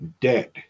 debt